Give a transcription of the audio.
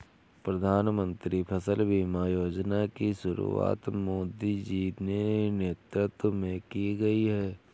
प्रधानमंत्री फसल बीमा योजना की शुरुआत मोदी जी के नेतृत्व में की गई है